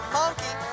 monkey